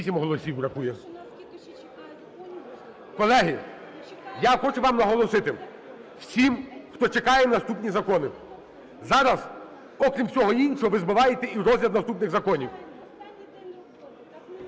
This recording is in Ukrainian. Колеги, я хочу вам наголосити всім, хто чекає наступні закони, зараз, окрім всього іншого, ви збиваєте і розгляд наступних законів.